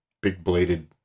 big-bladed